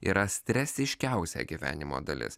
yra stresiškiausia gyvenimo dalis